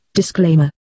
Disclaimer